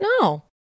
No